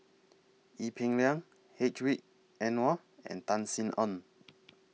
Ee Peng Liang Hedwig Anuar and Tan Sin Aun